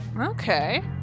Okay